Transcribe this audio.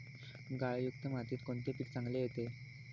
गाळयुक्त मातीत कोणते पीक चांगले येते?